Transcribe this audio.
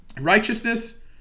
Righteousness